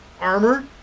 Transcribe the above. armor